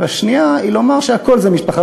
והשנייה היא לומר שהכול זה משפחה.